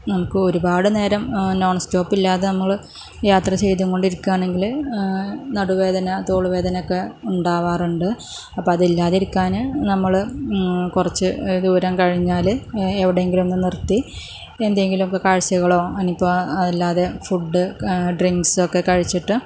നമുക്ക് ഒരുപാട് നേരം നോൺ സ്റ്റോപ്പില്ലാതെ നമ്മൾ യാത്ര ചെയ്തും കൊണ്ട് ഇരിക്കുവാണെങ്കിൽ നടുവേദന തോള് വേദന ഒക്കെ ഉണ്ടാവാറുണ്ട് അപ്പം അതില്ലാതിരിക്കാൻ നമ്മൾ കുറച്ച് ദൂരം കഴിഞ്ഞാൽ എവിടെ എങ്കിലുമൊന്ന് നിർത്തി എന്തെങ്കിലുമൊക്കെ കാഴ്ചകളോ അതിനിപ്പം അതില്ലാതെ ഫുഡ് ഡ്രിങ്ക്സൊക്കെ കഴിച്ചിട്ട്